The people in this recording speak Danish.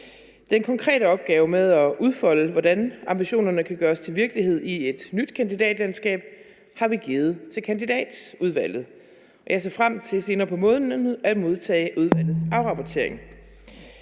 Den konkrete opgave med at udfolde, hvordan ambitionerne kan gøres til virkelighed i et nyt kandidatlandskab, har vi givet til Kandidatudvalget, og jeg ser frem til senere på måneden at modtage udvalgets afrapportering.